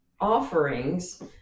offerings